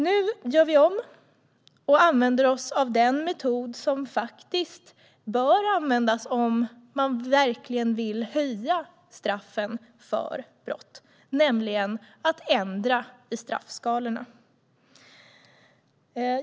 Nu gör vi om och använder oss av den metod som faktiskt bör användas om man verkligen vill höja straffen för brott, nämligen att ändra i straffskalorna.